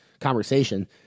conversation